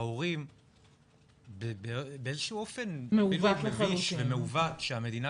ההורים באיזה שהוא אופן מביש ומעוות שהמדינה